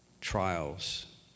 trials